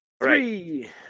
Three